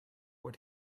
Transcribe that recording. what